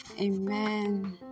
Amen